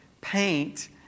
paint